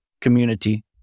community